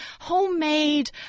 homemade